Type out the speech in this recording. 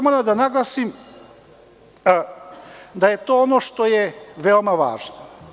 Moram da naglasim da je to ono što je veoma važno.